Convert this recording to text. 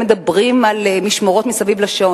הם מדברים על משמרות מסביב לשעון.